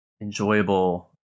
enjoyable